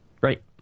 Right